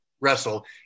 wrestle